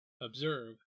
observe